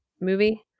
movie